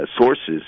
sources